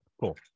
Cool